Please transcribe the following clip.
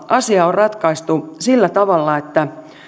asia on ratkaistu sillä tavalla että